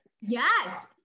Yes